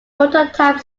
prototype